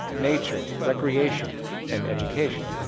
nature, recreation and education.